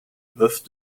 bœuf